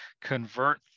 convert